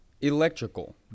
electrical